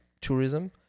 tourism